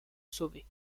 sauvés